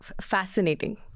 fascinating